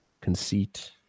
conceit